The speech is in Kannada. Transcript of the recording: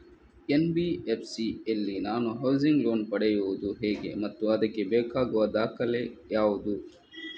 ಎನ್.ಬಿ.ಎಫ್.ಸಿ ಯಲ್ಲಿ ನಾನು ಹೌಸಿಂಗ್ ಲೋನ್ ಪಡೆಯುದು ಹೇಗೆ ಮತ್ತು ಅದಕ್ಕೆ ಬೇಕಾಗುವ ದಾಖಲೆ ಯಾವುದು?